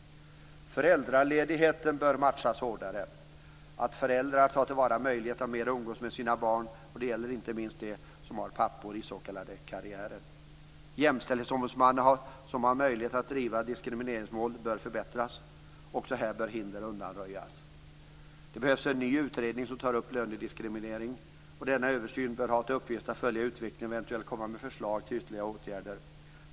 Föräldraledigheten bör matchas hårdare så att föräldrar tar till vara möjligheten att mer umgås med sina barn, och det gäller inte minst de som har pappor i den s.k. karriären. Jämställdhetsombudsmannens möjligheter att driva diskrimineringsmål bör förbättras. Också här bör hinder undanröjas. Det behövs en ny utredning som tar upp lönediskrimineringen. Denna översyn bör ha till uppgift att följa utvecklingen och eventuellt komma med förslag till ytterligare åtgärder.